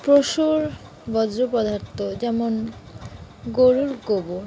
পশুর বজ্র পদার্থ যেমন গরুর গোবর